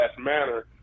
manner